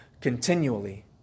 continually